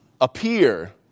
appear